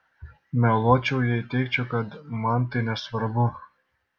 meluočiau jei teigčiau kad man tai nesvarbu